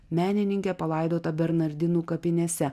menininkė palaidota bernardinų kapinėse